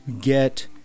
get